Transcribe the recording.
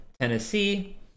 Tennessee